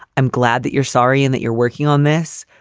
i'm glad that you're sorry and that you're working on this.